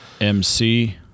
MC